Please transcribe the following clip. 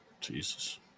Jesus